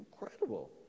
incredible